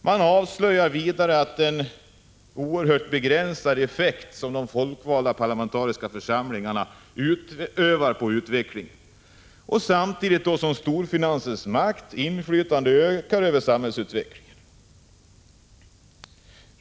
Man avslöjar vidare att de folkvalda parlamentariska församlingarnas åtgärder endast har en mycket begränsad effekt på utvecklingen, samtidigt som storfinansens makt och inflytande över samhällsutvecklingen ökar.